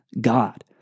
God